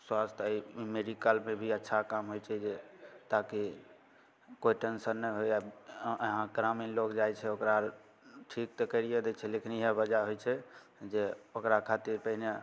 स्वास्थ एहि मेडिकलमे भी अच्छा काम होइ छै जे ताकि कोइ टेंशन नहि होइ आ यहाँ ग्रामीण लोग जाइ छै ओकरा ठीक तऽ कैरये दै छै लेकिन इएह वजह होइ छै जे ओकरा खातिर पहिने